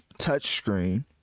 touchscreen